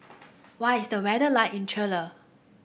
what is the weather like in Chile